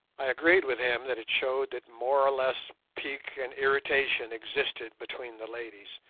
i agreed with him that it showed that more or less pique and irritation existed between the ladies,